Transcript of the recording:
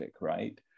right